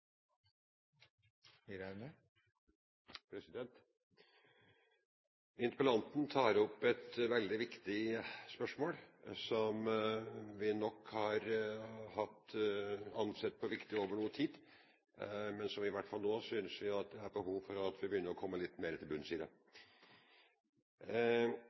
Interpellanten tar opp et veldig viktig spørsmål, som vi nok har ansett som viktig over noe tid. Men vi synes i hvert fall nå at det er behov for at vi begynner å komme litt mer til bunns i det.